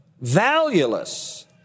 valueless